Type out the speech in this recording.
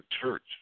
church